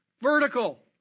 vertical